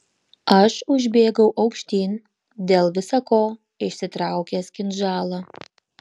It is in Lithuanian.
aš užbėgau aukštyn dėl visa ko išsitraukęs kinžalą